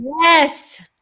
Yes